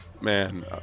Man